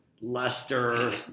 Leicester